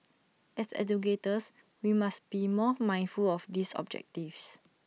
as educators we must be more mindful of these objectives